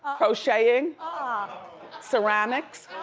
ah crocheting. ah ceramics.